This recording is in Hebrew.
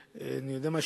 אני יודע מה?